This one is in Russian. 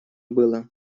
было